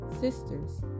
sisters